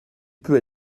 peux